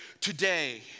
today